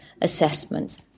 assessments